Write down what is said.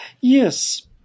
Yes